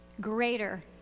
greater